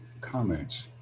comments